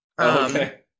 Okay